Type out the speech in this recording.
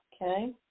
Okay